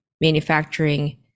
manufacturing